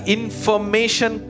information